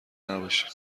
نباشین